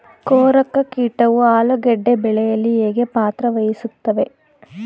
ಕೊರಕ ಕೀಟವು ಆಲೂಗೆಡ್ಡೆ ಬೆಳೆಯಲ್ಲಿ ಹೇಗೆ ಪಾತ್ರ ವಹಿಸುತ್ತವೆ?